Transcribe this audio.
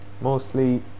mostly